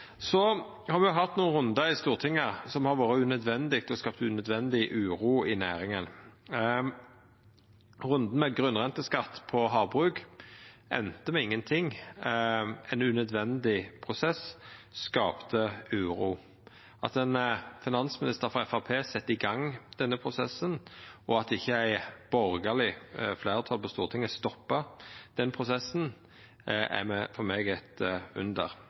Så har me hatt nokre rundar i Stortinget som har vore unødvendige, og som har skapt unødvendig uro i næringa. Runden med grunnrenteskatt på havbruk enda med ingenting. Ein unødvendig prosess skapte uro. At ein finansminister frå Framstegspartiet sette i gang denne prosessen, og at ikkje eit borgarleg fleirtal på Stortinget stoppa den prosessen, er for meg eit under.